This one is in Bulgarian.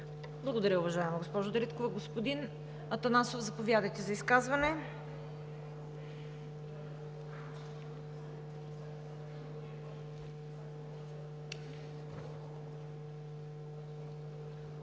Благодаря, уважаема госпожо Дариткова. Господин Атанасов, заповядайте за изказване.